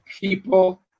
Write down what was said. people